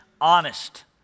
honest